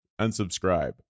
unsubscribe